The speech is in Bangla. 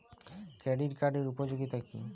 ক্রেডিট কার্ডের উপযোগিতা কি?